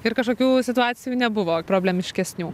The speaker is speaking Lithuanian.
ir kažkokių situacijų nebuvo problemiškesnių